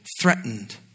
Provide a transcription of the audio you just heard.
threatened